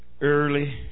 early